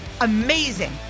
amazing